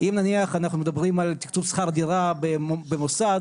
אפשר להבין אותה כך ואפשר להבין אותה כך.